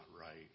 right